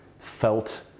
felt